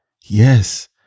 Yes